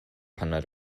pana